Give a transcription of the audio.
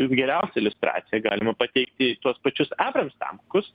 kaip geriausią iliustraciją galima pateikti tuos pačius abrams tankus